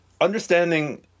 understanding